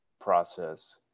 process